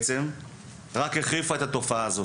רק החריפה את התופעה הזו